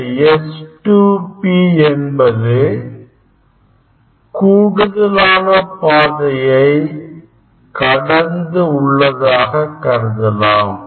இந்த S2P என்பது கூடுதலான பாதையை கடந்து உள்ளதாக கருதலாம்